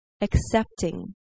accepting